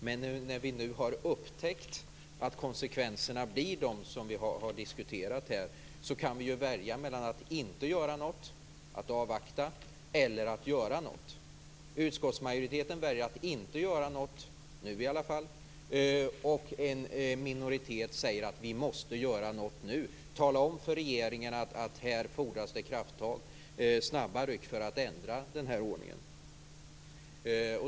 Men när vi nu har upptäckt vilka konsekvenser som detta får kan vi ju välja mellan att inte göra något - att avvakta - eller att göra något. Utskottsmajoriteten väljer att inte göra något, åtminstone inte nu. Och en minoritet säger att vi måste göra något nu. Vi måste tala om för regeringen att det här fordras krafttag och snabba ryck för att ändra denna ordning.